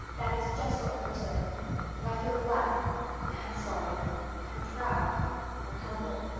that is just what mother said and i feel glad and sorry and proud and humble!